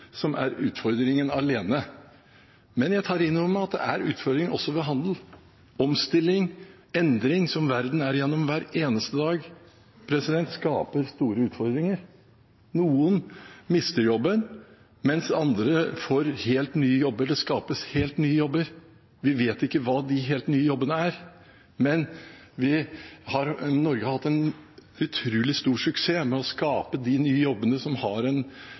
som er utfordringen alene, men jeg tar inn over meg at det er utfordringer også ved handel. Omstilling og endring som verden går gjennom hver eneste dag, skaper store utfordringer. Noen mister jobben, mens andre får helt nye jobber. Det skapes helt nye jobber. Vi vet ikke helt hva de nye jobbene er, men Norge har hatt utrolig stor suksess med å skape de nye jobbene som har